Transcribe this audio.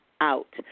out